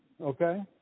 Okay